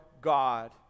God